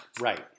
Right